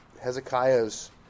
Hezekiah's